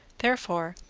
therefore,